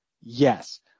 Yes